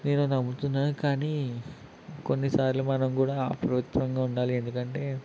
నేను నమ్ముతున్నాను కానీ కొన్నిసార్లు మనం కూడా అప్రమత్తంగా ఉండాలి ఎందుకంటే